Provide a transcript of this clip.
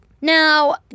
Now